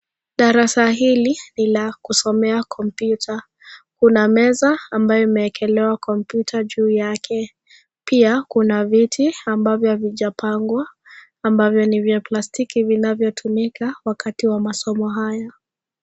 Darasa hili ni la kusomea kompyuta. Kuna meza ambayo imeekelewa komputa juu yake. Pia kuna viti ambavyo havijapangwa ambavyo ni vya plastiki vinavyotumika wakati wa masomo haya.